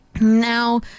Now